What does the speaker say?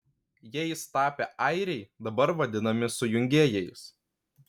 jais tapę airiai dabar vadinami sujungėjais